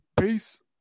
Peace